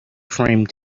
framed